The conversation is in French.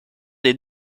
des